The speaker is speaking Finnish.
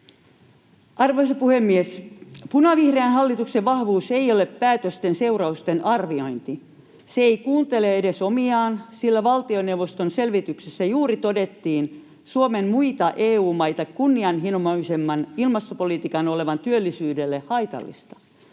Arvoisa puhemies! Punavihreän hallituksen vahvuus ei ole päätösten seurausten arviointi. Se ei kuuntele edes omiaan, sillä valtioneuvoston selvityksessä juuri todettiin Suomen muita EU-maita kunnianhimoisemman ilmastopolitiikan olevan työllisyydelle haitallista.